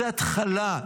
זו התחלה,